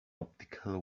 optical